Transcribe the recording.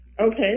Okay